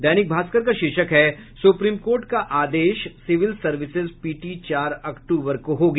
दैनिक भास्कर का शीर्षक है सुप्रीम कोर्ट का आदेश सिविल सर्विसेज पीटी चार अक्टूबर को होगी